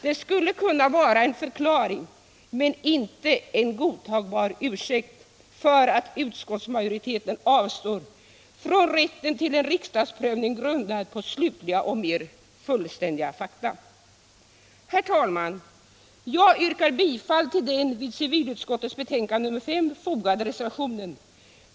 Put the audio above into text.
Det skulle kunna vara en förklaring — men inte en godtagbar ursäkt — för att utskottsmajoriteten avstår från rätten till en riksdagsprövning grundad på slutliga och mer fullständiga fakta. Herr talman! Jag yrkar bifall till den vid civilutskottets betänkande nr 5 fogade reservationen.